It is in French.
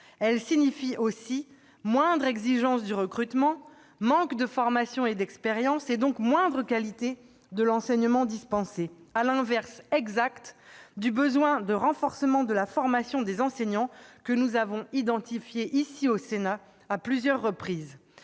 Elle signifie aussi moindre exigence du recrutement, manque de formation et d'expérience, et par conséquent moindre qualité de l'enseignement dispensé. À l'inverse exact du besoin de renforcement de la formation des enseignants, que nous avons identifié, au Sénat, à plusieurs reprises.